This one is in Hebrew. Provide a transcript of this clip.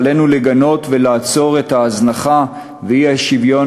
עלינו לגנות ולעצור את ההזנחה והאי-שוויון